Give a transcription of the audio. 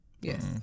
Yes